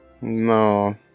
no